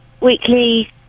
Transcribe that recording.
weekly